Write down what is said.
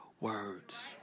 words